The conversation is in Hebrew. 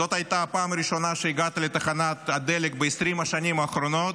זאת הייתה הפעם הראשונה שהגעת לתחנת הדלק ב-20 השנים האחרונות,